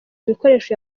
bikoresho